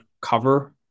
cover